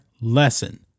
lesson